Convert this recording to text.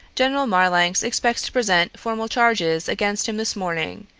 general marlanx expects to present formal charges against him this morning,